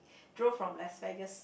drove from Las Vegas